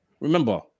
remember